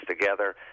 together